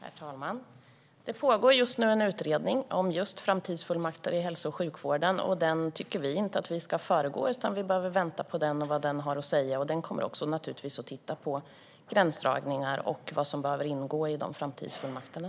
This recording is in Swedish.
Herr talman! Det pågår just nu en utredning om framtidsfullmakter i hälso och sjukvården, och vi tycker inte att vi ska föregå den. Vi behöver vänta för att se vad den har att säga. Utredningen kommer naturligtvis att titta på gränsdragningar och vad som bör ingå i framtidsfullmakterna.